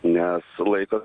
nes laikas